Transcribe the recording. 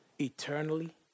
eternally